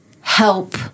help